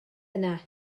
yna